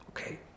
okay